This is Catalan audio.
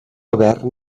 haver